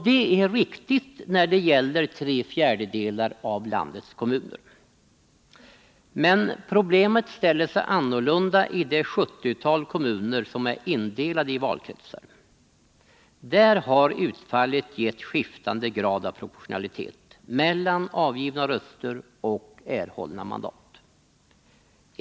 Det är riktigt när det gäller tre fjärdedelar av landets kommuner. Men problemet ställer sig annorlunda i det 70-tal kommuner som är indelade i valkretsar. Där har utfallet givit skiftande grad av proportionalitet mellan avgivna röster och erhållna mandat.